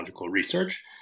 research